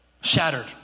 Shattered